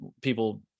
people